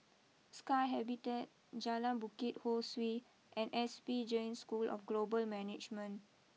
Sky Habitat Jalan Bukit Ho Swee and S P Jain School of Global Management